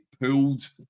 pulled